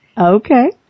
Okay